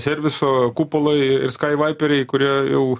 serviso kupolai ir skaivaiperiai kurie jau